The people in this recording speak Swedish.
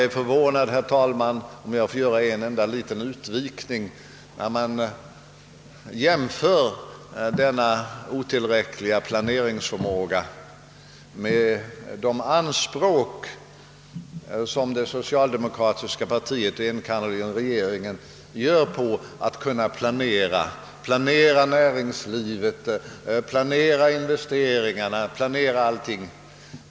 Om jag, herr talman, får göra en enda liten utvikning, vill jag säga att jag är förvånad när man jämför denna otillräckliga planeringsförmåga med de anspråk som det socialdemokratiska partiet och enkannerligen regeringen gör på att kunna planera näringsliv, planera investeringar, ja, planera allting.